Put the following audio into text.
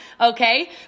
okay